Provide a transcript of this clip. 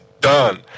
done